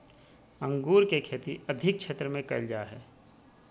अंगूर के खेती अधिक क्षेत्र में कइल जा हइ